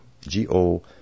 G-O